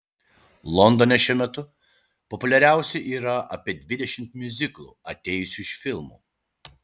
londone šiuo metu populiariausi yra apie dvidešimt miuziklų atėjusių iš filmų